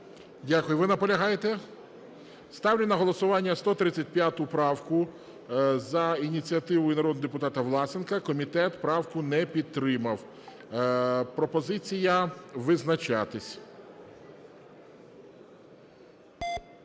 Дякую. Ви наполягаєте? Ставлю на голосування 135 правку за ініціативою народного депутата Власенка, комітет правку не підтримав. Пропозиція визначатись.